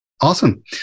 awesome